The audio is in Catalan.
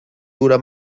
dura